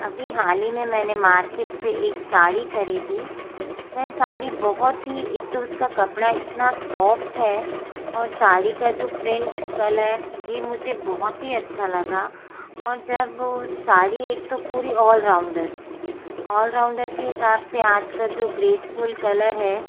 अभी हाल ही मैंने मार्केट से एक साड़ी ख़रीदी मैं साड़ी बहुत ही एक तो उसका कपड़ा इतना सॉफ्ट है और साड़ी का जो प्रिंट कलर ये मुझे बहुत ही अच्छा लगा और जब उस साड़ी एक तो पूरी ऑल राउंडर थी ऑल राउंडर के हिसाब से आज का जो ग्रेसफ़ुल कलर है